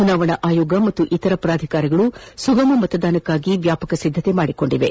ಚುನಾವಣಾ ಆಯೋಗ ಮತ್ತು ಇತರ ಪ್ರಾಧಿಕಾರಗಳು ಸುಗಮ ಮತದಾನಕ್ಕಾಗಿ ವ್ಯಾಪಕ ಸಿದ್ದತೆ ಮಾಡಿಕೊಂಡಿವೆ